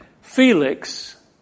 Felix